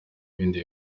ibindi